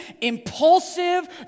impulsive